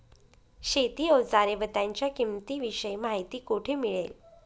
शेती औजारे व त्यांच्या किंमतीविषयी माहिती कोठे मिळेल?